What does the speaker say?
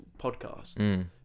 podcast